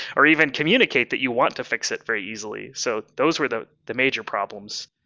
or even communicate that you want to fix it very easily. so those were the the major problems.